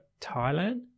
Thailand